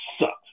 sucked